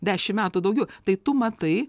dešimt metų daugiau tai tu matai